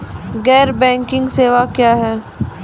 गैर बैंकिंग सेवा क्या हैं?